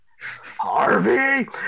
Harvey